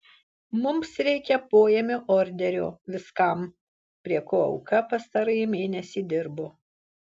mums reikia poėmio orderio viskam prie ko auka pastarąjį mėnesį dirbo